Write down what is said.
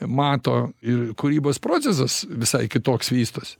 mato ir kūrybos procesas visai kitoks vystosi